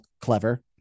clever